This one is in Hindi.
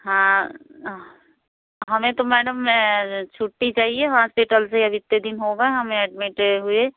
हाँ हमें तो मैडम छुट्टी चाहिए हॉस्पिटल से अब इतने दिन हो गए हमें एडमिट हुए